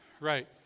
right